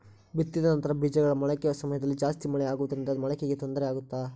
ಬಿತ್ತಿದ ನಂತರ ಬೇಜಗಳ ಮೊಳಕೆ ಸಮಯದಲ್ಲಿ ಜಾಸ್ತಿ ಮಳೆ ಆಗುವುದರಿಂದ ಮೊಳಕೆಗೆ ತೊಂದರೆ ಆಗುತ್ತಾ?